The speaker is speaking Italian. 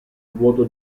vuoto